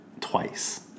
twice